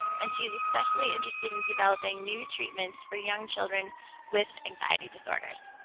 and she's especially interested in developing new treatments for young children with anxiety disorders.